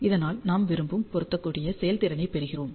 இதனால் நாம் விரும்பும் பொருந்தக்கூடிய செயல்திறனைப் பெறுவோம்